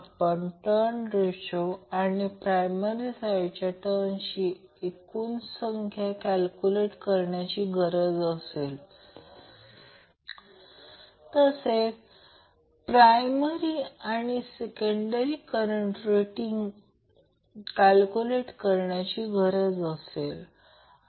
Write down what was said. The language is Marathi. म्हणून कृपया हे सर्व 2 तपासा कृपया ते स्वतः करा पहा की सर्व कॅल्क्युलेशन बरोबर आहेत